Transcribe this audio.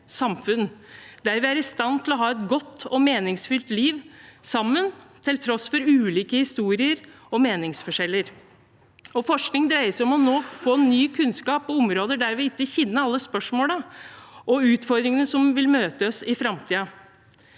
samfunn der vi er i stand til å ha et godt og meningsfylt liv sammen, til tross for ulike historier og meningsforskjeller. Forskning dreier seg også om å få ny kunnskap på områder der vi ikke kjenner alle spørsmålene og utfordringene som vil møte oss i framtiden.